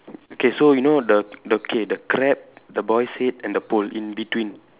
okay so you know the the okay the crab the boy's head and the pole in between